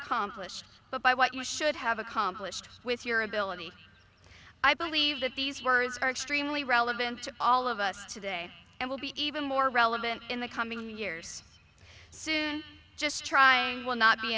accomplished but by what you should have accomplished with your ability i believe that these words are extremely relevant to all of us today and will be even more relevant in the coming years soon just trying will not be